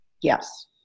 Yes